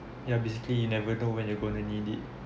ya basically you never know when you're going to need it